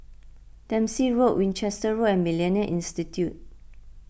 Dempsey Road Winchester Road and Millennia Institute